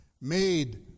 made